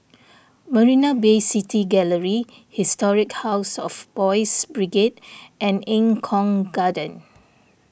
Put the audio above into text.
Marina Bay City Gallery Historic House of Boys' Brigade and Eng Kong Garden